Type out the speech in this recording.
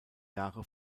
jahre